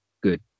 good